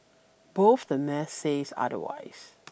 both the math says otherwise